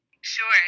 Sure